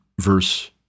verse